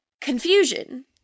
confusion